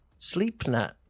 Sleepnet